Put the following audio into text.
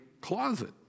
closet